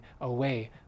away